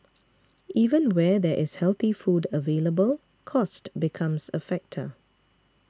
even where there is healthy food available cost becomes a factor